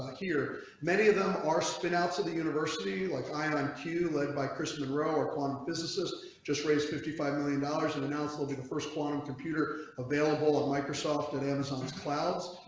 here many of them are spinouts of the university like i am cute led by chris monroe or quantum physicist just raised fifty five million dollars in an ounce will be the first quantum computer available on microsoft and amazon's clouds.